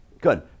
Good